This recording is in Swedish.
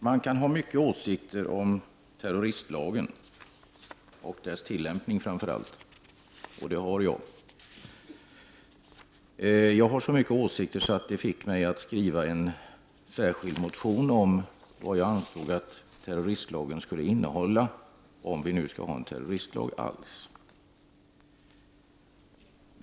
Herr talman! Man kan ha många åsikter om terroristlagen och framför allt dess tillämpning — och det har jag. Jag har så många åsikter att jag skrivit en särskild motion om vad jag anser att terroristlagen skall innehålla, om vi nu skall ha en terroristlag alls.